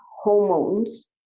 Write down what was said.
hormones